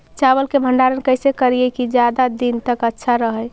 चावल के भंडारण कैसे करिये की ज्यादा दीन तक अच्छा रहै?